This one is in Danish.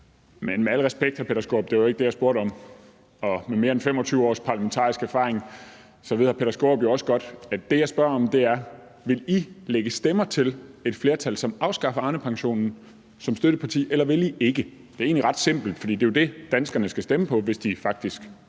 Med al respekt, hr. Peter Skaarup, var det ikke det, jeg spurgte om. Med mere end 25 års parlamentarisk erfaring ved hr. Peter Skaarup jo også godt, at det, jeg spørger om, er, om I som støtteparti vil lægge stemmer til et flertal, som vil afskaffe Arnepensionen, eller om I ikke vil. Det er egentlig ret simpelt, for det er jo det, danskerne skal stemme på, hvis de faktisk